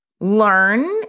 learn